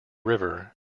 river